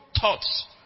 thoughts